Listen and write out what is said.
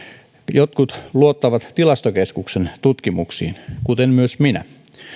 jotkut luottavat tilastokeskuksen tutkimuksiin kuten myös minä